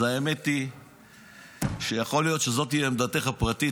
אז האמת היא שיכול להיות שזאת היא עמדתך הפרטית,